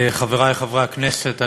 חברי חברי הכנסת,